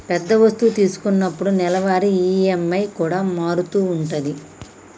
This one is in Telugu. పెద్ద వస్తువు తీసుకున్నప్పుడు నెలవారీ ఈ.ఎం.ఐ కూడా మారుతూ ఉంటది